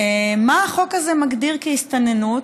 מה החוק הזה מגדיר כהסתננות,